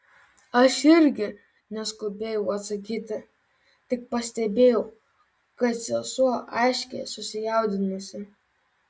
aš irgi neskubėjau atsakyti tik pastebėjau kad sesuo aiškiai susijaudinusi